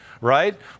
right